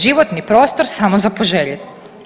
Životni prostor samo za poželjeti.